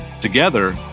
Together